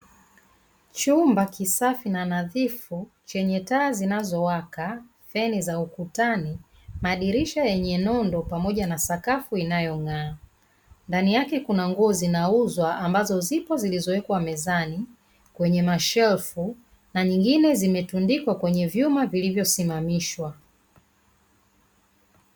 Chumba kisafi na nadhifu, chenye taa zinazowaka, feni za ukutani, madirisha yenye nondo pamoja na sakafu inayong'aa. Ndani yake kuna nguo zinauzwa; ambazo zipo zilizowekwa mezani, kwenye mashelfu na nyingine zimetundikwa kwenye vyuma vilivyosimamishwa.